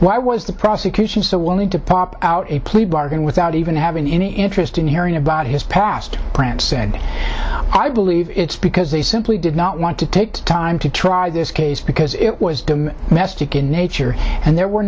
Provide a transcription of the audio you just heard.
why was the prosecution so willing to pop out a plea bargain without even having any interest in hearing about his past prince said i believe it's because they simply did not want to take time to try this case because it was best to get nature and there were